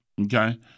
Okay